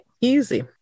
Easy